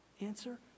Answer